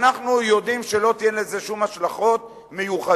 אנחנו יודעים שלא תהיינה לזה שום השלכות מיוחדות,